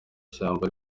shyamba